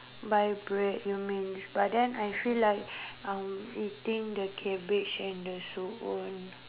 buy bread you mean but then I feel like uh eating the cabbage and the suun